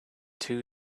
two